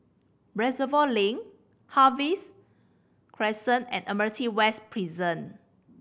Reservoir Link Harvey Crescent and Admiralty West Prison